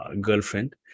girlfriend